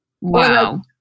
Wow